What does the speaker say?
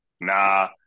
Nah